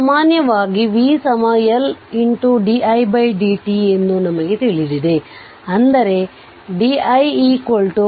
ಸಾಮಾನ್ಯವಾಗಿ v L di dt ಎಂದು ನಮಗೆ ತಿಳಿದಿದೆ ಅಂದರೆ di 1 Lv dt